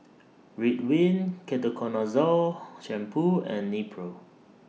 Ridwind Ketoconazole Shampoo and Nepro